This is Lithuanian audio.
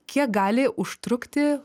kiek gali užtrukti